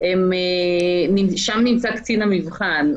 שם נמצא קצין המבחן,